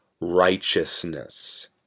righteousness